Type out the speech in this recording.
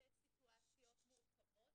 בסיטואציות מורכבות,